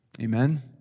Amen